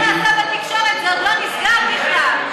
זה עוד לא נסגר בכלל.